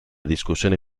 discussione